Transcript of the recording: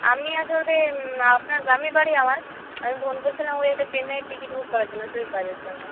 আমি আসলে আপনার গ্রামে বাড়ি আমার আমি ফোন করছিলাম ওই একটা চেন্নাইয়ের টিকিট বুক করার জন্য স্লিপারের জন্য